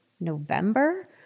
November